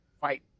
fight